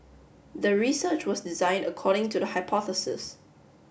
the research was designed according to the hypothesis